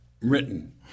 written